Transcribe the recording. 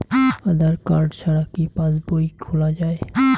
আধার card ছাড়া কি পাসবই খোলা যায়?